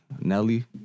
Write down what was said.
Nelly